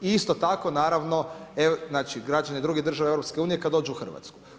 I isto tako naravno, znači građani drugih država EU kad dođu u Hrvatsku.